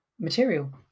material